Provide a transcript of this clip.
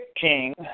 king